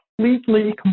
completely